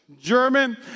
German